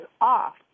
off